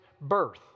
birth